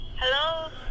Hello